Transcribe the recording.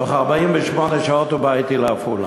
בתוך 48 שעות הוא בא אתי לעפולה,